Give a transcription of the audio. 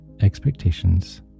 expectations